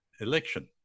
election